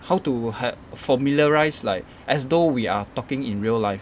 how to familiarise like as though we are talking in real life